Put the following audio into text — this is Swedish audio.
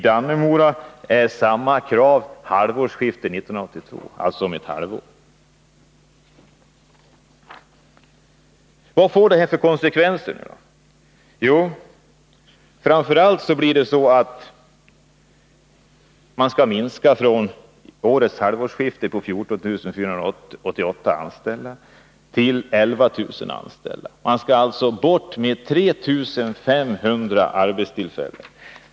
I Dannemora ställs motsvarande krav avseende halvårsskiftet 1982, som ju Kapitaltillskott Vad får de föreslagna åtgärderna för konsekvenser? Jo, framför allt innebär de att man skall minska arbetsstyrkan från 14 488 anställda vid årets halvårsskifte till 11 000. Man skall alltså avveckla 3 500 arbetstillfällen.